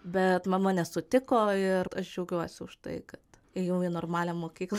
bet mama nesutiko ir aš džiaugiuosi už tai kad ėjau į normalią mokyklą